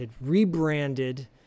rebranded